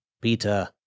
Peter